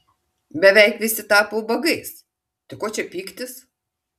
beveik visi tapo ubagais tai ko čia pyktis